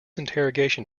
interrogation